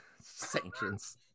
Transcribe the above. sanctions